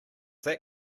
that